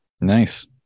Nice